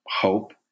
hope